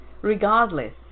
regardless